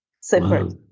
separate